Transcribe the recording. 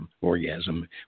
orgasm